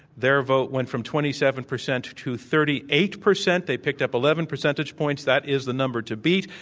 their vote went from twenty seven percent to thirty eight percent. they picked up eleven percentage points. that is the number to beat.